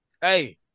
hey